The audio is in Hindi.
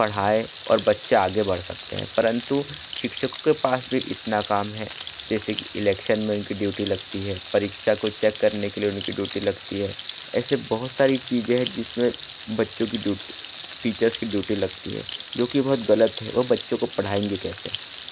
पढ़ाई और बच्चा आगे बढ़ सकते हैं परंतु शिक्षकों के पास भी इतना काम है जैसे कि इलेक्शन में उनकी ड्यूटी लगती है परीक्षा को चेक करने के लिए उनकी ड्यूटी लगती है ऐसे बहुत सारी चीज़ें हैं जिसमें बच्चों की ड्यूटी टीचर्स की ड्यूटी लगती है जो कि बहुत गलत है वह बच्चों को पढ़ाएंगे कैसे